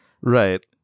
Right